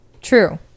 true